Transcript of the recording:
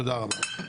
תודה רבה.